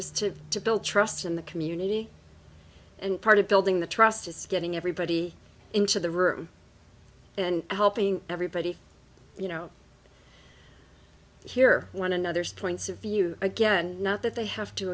is to to build trust in the community and part of building the trust is getting everybody into the room and helping everybody you know here one another's trying to view again not that they have to